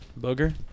booger